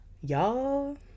Y'all